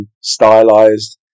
stylized